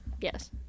Yes